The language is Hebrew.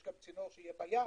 יש גם צינור שיהיה בים,